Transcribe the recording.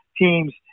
team's